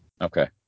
Okay